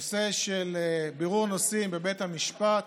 הנושא של בירור נושאים בבית המשפט